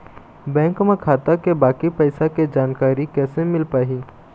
Bank म खाता के बाकी पैसा के जानकारी कैसे मिल पाही?